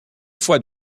fois